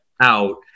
out